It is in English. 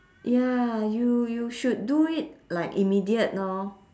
ya you you should do it like immediate lor